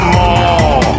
more